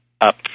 up